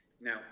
now